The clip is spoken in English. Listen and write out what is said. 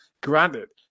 Granted